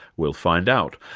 we'll find out.